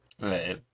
Right